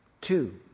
two